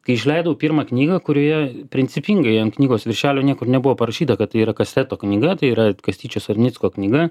kai išleidau pirmą knygą kurioje principingai ant knygos viršelio niekur nebuvo parašyta kad tai yra kasteto knyga tai yra kastyčio sarnicko knyga